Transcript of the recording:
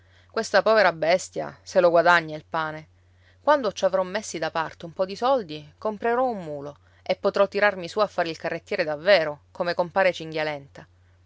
questa povera bestia se lo guadagna il pane quando ci avrò messi da parte un po di soldi comprerò un mulo e potrò tirarmi su a fare il carrettiere davvero come compare